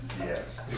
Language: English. Yes